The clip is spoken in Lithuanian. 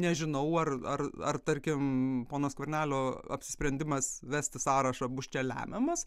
nežinau ar ar ar tarkim pono skvernelio apsisprendimas vesti sąrašą bus čia lemiamas